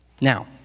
Now